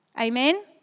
Amen